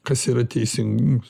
kas yra teisingumas